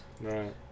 Right